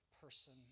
person